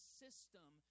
system